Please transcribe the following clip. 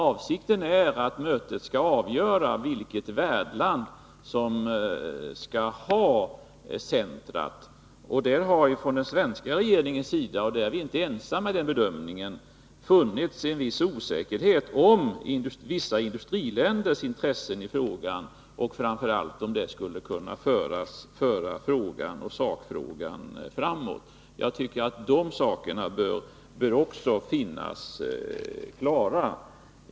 Avsikten är att mötet skall avgöra vilket värdland som skall ha centret. Från den svenska regeringens sida — vi är inte ensamma om att göra den bedömningen — har det funnits en viss osäkerhet beträffande vissa industriländers intressen i frågan och framför allt om huruvida sakfrågan skall kunna föras framåt. Om de sakerna bör det råda klarhet.